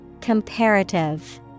Comparative